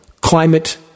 climate